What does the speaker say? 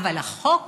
אבל החוק